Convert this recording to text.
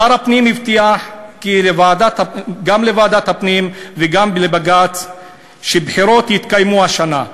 שר הפנים הבטיח גם לוועדת הפנים וגם לבג"ץ שבחירות יתקיימו השנה,